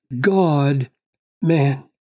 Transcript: God-man